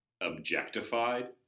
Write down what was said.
objectified